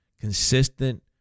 consistent